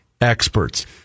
experts